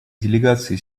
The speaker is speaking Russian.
делегации